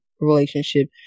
relationship